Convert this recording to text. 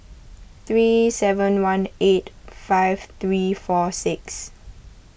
three seven one eight five three four six